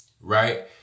right